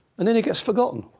and then he gets forgotten.